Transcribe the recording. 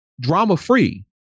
drama-free